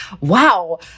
Wow